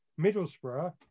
Middlesbrough